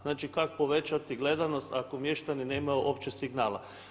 Znači kako povećati gledanost ako mještani nemaju opće signala?